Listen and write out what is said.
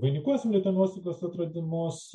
vainikuosim lituanistikos atradimus